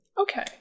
okay